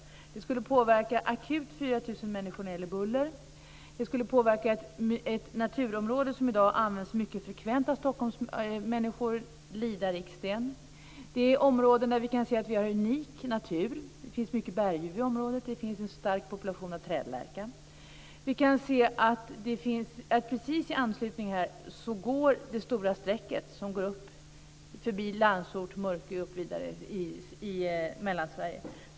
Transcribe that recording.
Det skulle akut påverka 4 000 människor när det gäller buller. Det skulle också påverka ett naturområde som i dag används mycket frekvent av människor från Stockholm, Lida-Riksten. Det är ett område med unik natur. Det finns många berguvar där och en stark population av trädlärka. Vi kan se att det stora sträcket går här, förbi Landsort och Mörkö och vidare upp i Mellansverige.